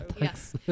Yes